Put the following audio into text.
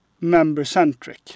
member-centric